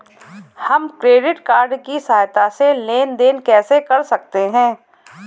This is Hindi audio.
हम क्रेडिट कार्ड की सहायता से लेन देन कैसे कर सकते हैं?